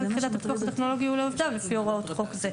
יחידת הפיקוח הטכנולוגי ולעובדיו לפי הוראות חוק זה".